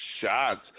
shots